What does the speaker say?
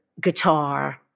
guitar